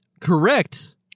Correct